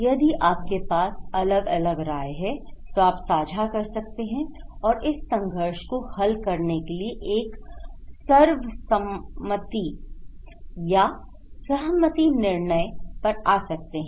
यदि आपके पास अलग अलग राय हैं तो आप साझा कर सकते हैं और इस संघर्ष को हल करने के लिए एक सर्वसम्मति या सहमति निर्णय पर आ सकते हैं